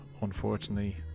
unfortunately